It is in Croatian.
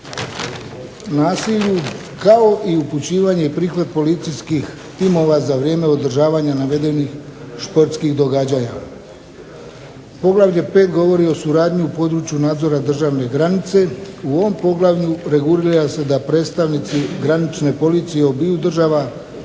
nasilju kao i upućivanje i prihvat policijskih timova za vrijeme održavanja navedenih športskih događanja. Poglavlje 5. govori o suradnji u području nadzora državne granice. U ovom poglavlju regulira se da predstavnici granične policije obiju država